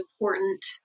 important